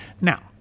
Now